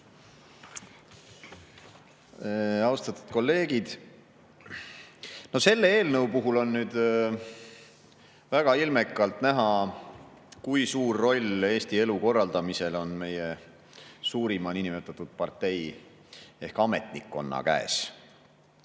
lükata. Austatud kolleegid! Selle eelnõu puhul on nüüd väga ilmekalt näha, kui suur roll Eesti elu korraldamisel on meie suurima niinimetatud partei ehk ametnikkonna käes.